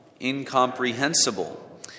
incomprehensible